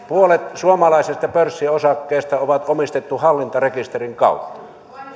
puolet suomalaisista pörssiosakkeista on omistettu hallintarekisterin kautta